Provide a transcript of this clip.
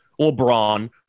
LeBron